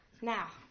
Now